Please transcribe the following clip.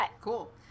Cool